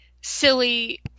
silly